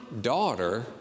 daughter